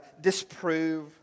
disprove